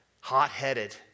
hot-headed